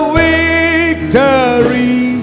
victory